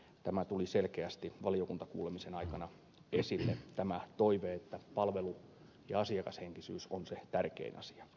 tämä toive tuli selkeästi valiokuntakuulemisen aikana esille että palvelu ja asiakashenkisyys on se tärkein asia